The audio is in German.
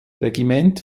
regiment